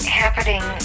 happening